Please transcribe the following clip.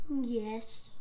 Yes